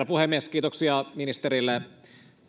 puhemies kiitoksia ministerille